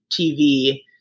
TV